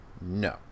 No